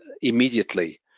immediately